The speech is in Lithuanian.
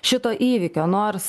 šito įvykio nors